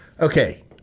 okay